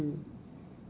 mm